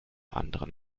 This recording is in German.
anderen